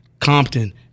Compton